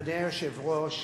אדוני היושב-ראש,